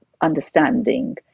understanding